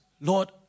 Lord